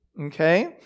Okay